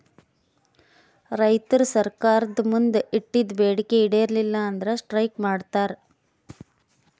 ರೈತರ್ ಸರ್ಕಾರ್ದ್ ಮುಂದ್ ಇಟ್ಟಿದ್ದ್ ಬೇಡಿಕೆ ಈಡೇರಲಿಲ್ಲ ಅಂದ್ರ ಸ್ಟ್ರೈಕ್ ಮಾಡ್ತಾರ್